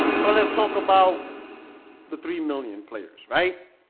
but let's talk about the three million players, right?